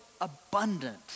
abundant